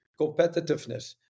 competitiveness